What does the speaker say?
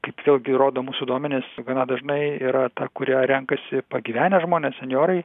kaip vėlgi rodo mūsų duomenys gana dažnai yra ta kurią renkasi pagyvenę žmonės senjorai